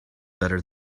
better